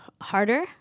harder